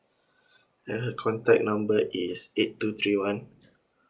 her contact number is eight two three one